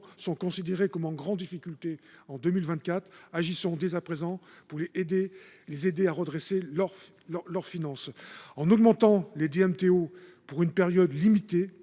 déjà considérés comme étant « en grande difficulté » en 2024, agissons dès à présent pour les aider à redresser leurs finances. En relevant le taux des DMTO pour une période limitée,